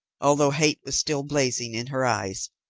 although hate was still blazing in her eyes,